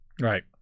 Right